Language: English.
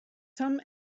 some